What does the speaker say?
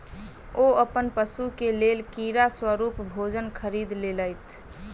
ओ अपन पशु के लेल कीड़ा स्वरूप भोजन खरीद लेलैत